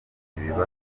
ibibazo